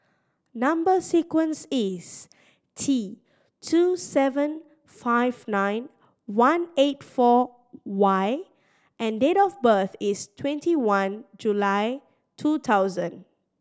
number sequence is T two seven five nine one eight four Y and date of birth is twenty one July two thousand